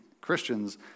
Christians